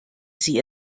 sie